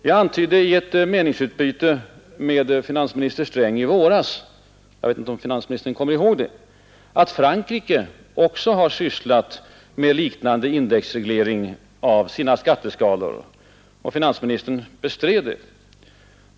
Jag antydde i ett meningsutbyte med finansminister Sträng i våras — jag vet inte om finansministern kommer ihåg det — att Frankrike också har sysslat med liknande indexreglering av sina skatteskalor, och finansministern bestred det.